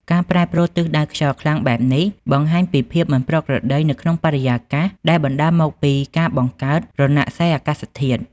ការប្រែប្រួលទិសដៅខ្យល់ខ្លាំងបែបនេះបង្ហាញពីភាពមិនប្រក្រតីនៅក្នុងបរិយាកាស ដែលបណ្តាលមកពីការបង្កើតរណសិរ្សអាកាសធាតុ ។